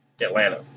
Atlanta